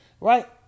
right